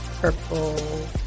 Purple